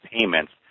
payments